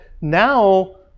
now